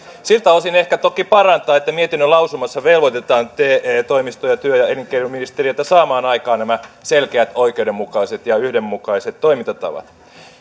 siltä osin ehkä toki parantaa että mietinnön lausumassa velvoitetaan te toimistoja ja työ ja elinkeinoministeriötä saamaan aikaan nämä selkeät oikeudenmukaiset ja yhdenmukaiset toimintatavat